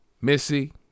Missy